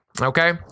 okay